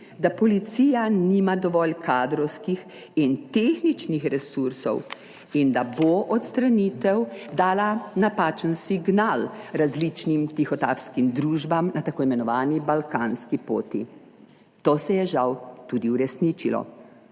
da policija nima dovolj kadrovskih in tehničnih resursov in da bo odstranitev dala napačen signal različnim tihotapskim družbam na tako imenovani balkanski poti. To se je žal tudi uresničilo.